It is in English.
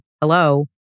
hello